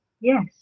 Yes